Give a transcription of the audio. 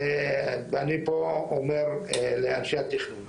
ואני פה אומר לאנשי התכנון,